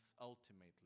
ultimately